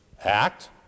act